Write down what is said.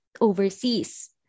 overseas